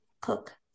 cook